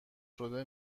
شده